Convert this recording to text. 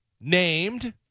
named